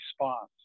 response